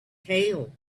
tail